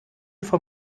vom